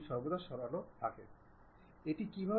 আমি সবুজ রংকে নীল রং দিতে চাই না